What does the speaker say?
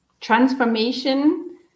transformation